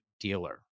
dealer